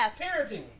parenting